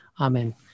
Amen